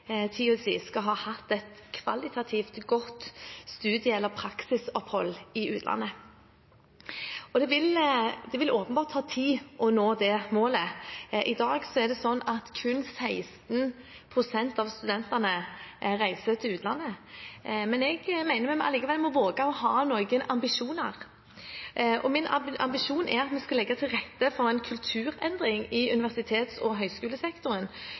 skal ha hatt et kvalitativt godt studie- eller praksisopphold i utlandet. Det vil åpenbart ta tid å nå dette målet. I dag reiser kun 16 pst. av studentene til utlandet, men jeg mener vi likevel må våge å ha ambisjoner. Min ambisjon er at vi skal legge til rette for en kulturendring i universitets- og høyskolesektoren,